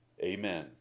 Amen